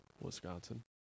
Wisconsin